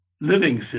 living